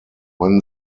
when